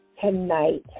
Tonight